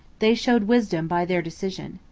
they showed wisdom by their decision.